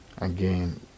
Again